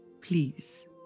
Please